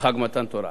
חג מתן תורה.